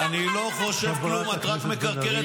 למה, אתה חושב שאתה פחות פריפריה